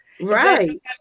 Right